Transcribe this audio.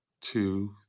two